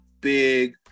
big